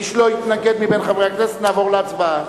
יתנגד מבין חברי הכנסת, נעבור להצבעה.